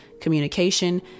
communication